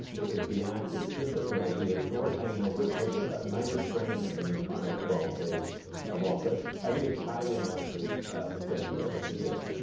it would be an act of discipline. it'd be a sword hanging over his head, which may restrain him in his final twelve days of office. i think it's highly unlikely the senate would ever convict.